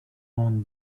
own